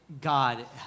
God